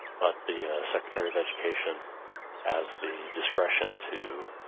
the secretary of education has the discretion to